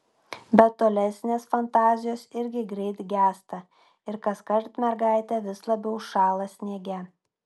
bet tolesnės fantazijos irgi greit gęsta ir kaskart mergaitė vis labiau šąla sniege